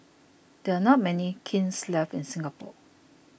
there are not many kilns left in Singapore